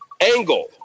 angle